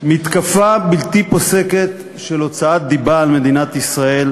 מעל דוכן זה מתקפה בלתי פוסקת של הוצאת דיבה על מדינת ישראל,